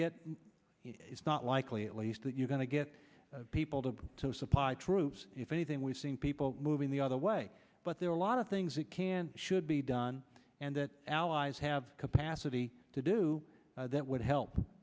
get it is not likely at least that you're going to get people to supply troops if anything we've seen people moving the other way but there are a lot of things that can should be done and that allies have capacity to do that would help